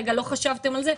לא חשבתם לא משהו מסוים.